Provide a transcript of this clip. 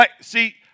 see